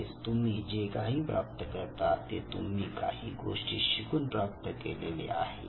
म्हणजेच तुम्ही जे काही प्राप्त करता ते तुम्ही काही गोष्टी शिकून प्राप्त केलेले आहे